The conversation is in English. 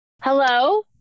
Hello